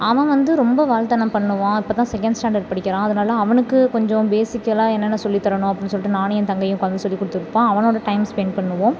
அவன் வந்து ரொம்ப வால்தனம் பண்ணுவான் இப்போ தான் செகண்ட் ஸ்டாண்டர்ட் படிக்கிறான் அதனால் அவனுக்கு கொஞ்சம் பேசிக் எல்லாம் என்னென்ன சொல்லித்தரணும் அப்படின்னு சொல்லிட்டு நானும் என் தங்கையும் உட்காந்து சொல்லிக்கொடுத்துட்ருப்போம் அவனோட டைம் ஸ்பென்ட் பண்ணுவோம்